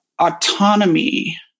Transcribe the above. autonomy